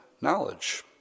knowledge